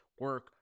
Work